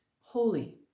holy